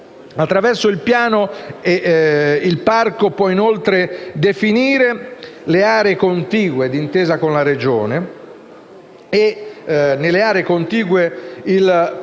Attraverso il piano, il parco può inoltre definire le aree contigue di intesa con la Regione. Nelle aree contigue il parco